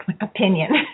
opinion